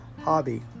Hobby